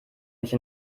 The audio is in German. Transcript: nicht